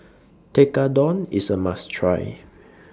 Tekkadon IS A must Try